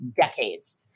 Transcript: decades